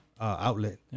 outlet